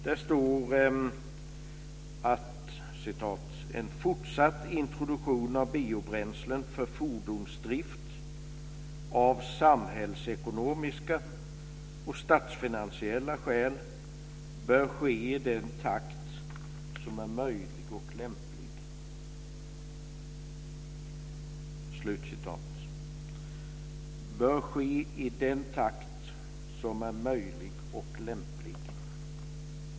Där står: "att en fortsatt introduktion av biobränslen för fordonsdrift av samhällsekonomiska och statsfinansiella skäl bör ske i den takt som är möjlig och lämplig".